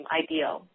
ideal